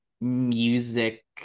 music